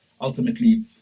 ultimately